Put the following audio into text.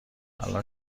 الان